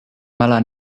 mala